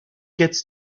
gets